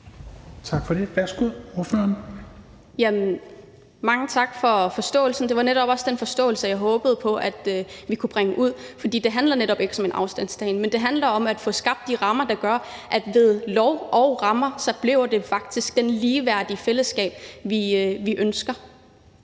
Aki-Matilda Høegh-Dam (SIU): Mange tak for forståelsen. Det var netop også den forståelse, jeg håbede på at vi kunne få bredt ud, for det handler netop ikke om afstandtagen. Det handler om at få skabt de rammer, der gør, at der ved lov og andre rammer faktisk bliver det ligeværdige fællesskab, vi ønsker.